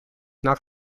nach